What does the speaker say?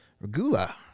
Regula